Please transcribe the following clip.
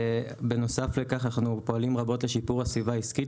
בנוסף לכך אנחנו פועלים רבות לשיפור הסביבה העסקית